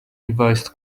revised